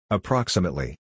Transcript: Approximately